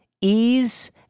ease